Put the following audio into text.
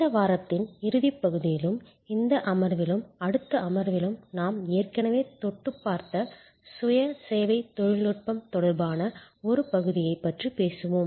இந்த வாரத்தின் இறுதிப் பகுதியிலும் இந்த அமர்விலும் அடுத்த அமர்விலும் நாம் ஏற்கனவே தொட்டுப் பார்த்த சுய சேவை தொழில்நுட்பம் தொடர்பான ஒரு பகுதியைப் பற்றிப் பேசுவோம்